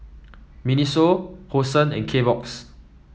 Miniso Hosen and Kbox